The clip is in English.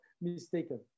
mistaken